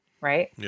right